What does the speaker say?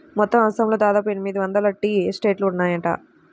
మొత్తం అస్సాంలో దాదాపు ఎనిమిది వందల టీ ఎస్టేట్లు ఉన్నాయట